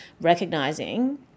recognizing